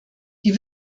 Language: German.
die